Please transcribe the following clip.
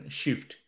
shift